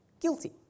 guilty